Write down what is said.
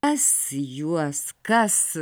kas juos kas